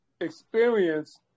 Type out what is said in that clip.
experience